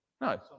No